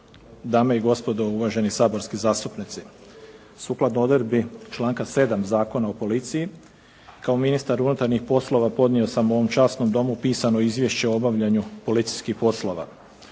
dame i gospodo uvaženi saborski zastupnici. Sukladno odredbi članka 7. Zakona o policiji kao ministar unutarnjih poslova podnio sam ovom časnom Domu pisano izvješće o obavljanju policijskih poslova.